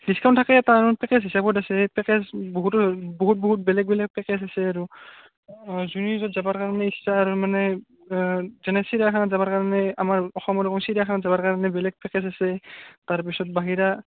discount থাকে তাৰমানে package হিচাপত আছে পেকেজ বহুতো বহুত বহুত বেলেগ বেলেগ পেকেজ আছে আৰু যুনি য'ত যাবৰ কাৰণে ইচ্ছা আৰু মানে যেনে চিৰিয়াখানাত যাবৰ কাৰণে আমাৰ অসমৰ চিৰিয়াখানাত যাবৰ কাৰণে বেলেগ পেকেজ আছে তাৰপিছত বাহিৰা